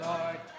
Lord